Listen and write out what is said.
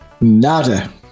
nada